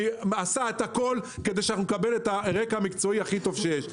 עשה את הכול כדי שאנחנו נקבל את הרקע המקצועי הכי טוב שיש.